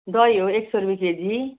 दही हो एक सय रुप्पे केजी